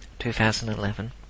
2011